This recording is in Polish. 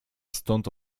stąd